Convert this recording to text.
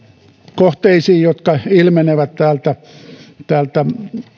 kohteisiin jotka ilmenevät täältä täältä